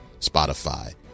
Spotify